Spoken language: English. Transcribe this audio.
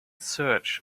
search